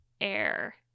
air